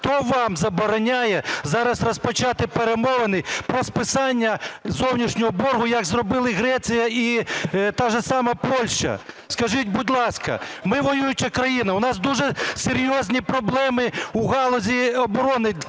хто вам забороняє зараз розпочати перемовини про списання зовнішнього боргу, як зробила Греція і та ж сама Польща? Скажіть, будь ласка… Ми – воююча країна, у нас дуже серйозні проблеми у галузі оборони,